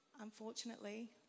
Unfortunately